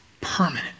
permanent